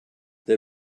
they